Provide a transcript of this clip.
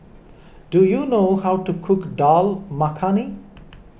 do you know how to cook Dal Makhani